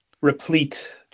Replete